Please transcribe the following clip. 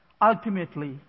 Ultimately